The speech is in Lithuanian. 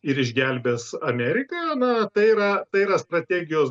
ir išgelbės ameriką na tai yra tai yra strategijos